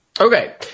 Okay